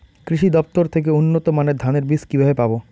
কৃষি দফতর থেকে উন্নত মানের ধানের বীজ কিভাবে পাব?